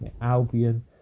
Albion